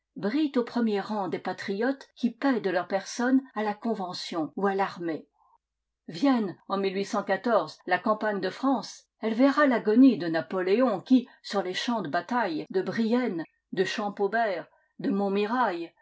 brillent aux premiers rangs des patriotes qui paient de leur personne à la convention ou à l'armée vienne en la campagne de france elle verra l'agonie de napoléon qui sur les champs de bataille de brienne de champaubert de montmirail